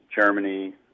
Germany